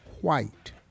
white